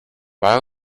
why